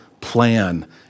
plan